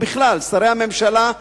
ובכלל שרי הממשלה,